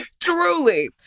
truly